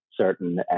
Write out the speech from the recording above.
certain